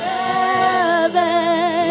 heaven